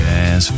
Jazz